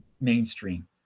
mainstream